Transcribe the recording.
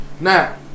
Now